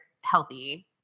healthy